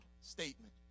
statement